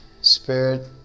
spirit